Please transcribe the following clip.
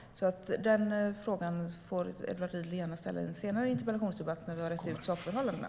Den frågan får Edward Riedl gärna ställa i en senare interpellationsdebatt när vi har rett ut sakförhållandena.